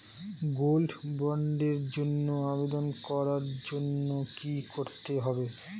Gold বন্ডের জন্য আবেদন করার জন্য কি করতে হবে?